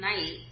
night